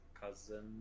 cousin